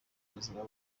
buzima